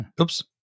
oops